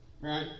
Right